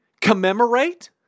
commemorate